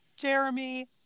Jeremy